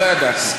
לא ידעתי.